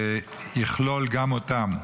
שזה יכלול גם אותם.